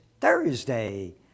Thursday